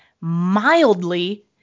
mildly